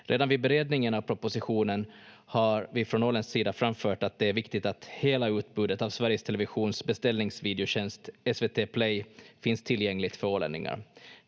Redan vid beredningen av propositionen har vi från åländsk sida framfört att det är viktigt att hela utbudet av Sveriges Televisions beställningsvideotjänst SVT Play finns tillgängligt för ålänningar.